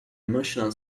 emotional